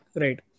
Right